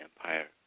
empire